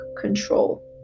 control